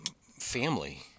family